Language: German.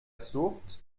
sucht